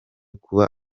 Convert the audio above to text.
kuba